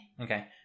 Okay